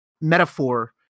metaphor